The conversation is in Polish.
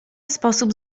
sposób